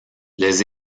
les